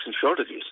shortages